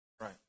Right